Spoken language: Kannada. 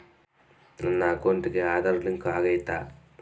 ನನ್ನ ಅಕೌಂಟಿಗೆ ಆಧಾರ್ ಲಿಂಕ್ ಆಗೈತಾ?